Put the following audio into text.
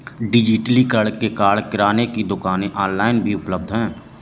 डिजिटलीकरण के कारण किराने की दुकानें ऑनलाइन भी उपलब्ध है